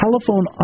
telephone